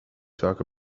talk